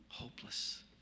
Hopeless